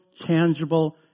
tangible